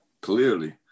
Clearly